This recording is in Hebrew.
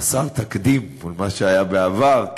חסר תקדים מול מה שהיה בעבר,